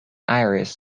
iris